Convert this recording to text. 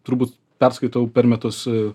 turbūt perskaitau per metus